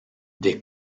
des